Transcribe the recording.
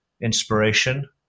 inspiration